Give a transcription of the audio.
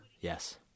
Yes